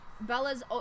Bella's